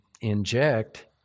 inject